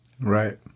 Right